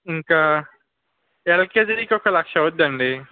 ఇంకా ఎల్కేజీకి ఒక లక్ష అవుతుంది అండి